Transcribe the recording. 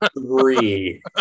three